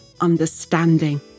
understanding